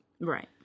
right